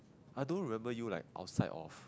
I don't remember you like outside of